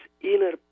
inner